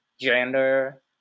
gender